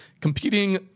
Competing